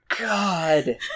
God